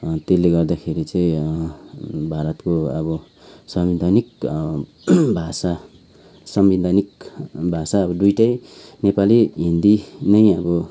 त्यसले गर्दाखेरि चाहिँ भारतको अब संवैधानिक भाषा संवैधानिक भाषा अब दुइटै नेपाली हिन्दी नै अब